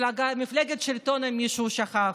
מפלגת השלטון, אם מישהו שכח,